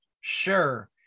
sure